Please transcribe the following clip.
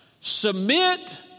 Submit